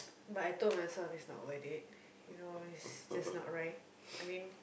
but I told myself it's not worth it you know it's just not right I mean